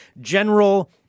general